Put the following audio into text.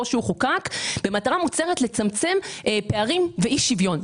כאשר הוא חוקק לצמצם פערים ואי-שוויון.